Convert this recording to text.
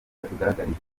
batugaragarije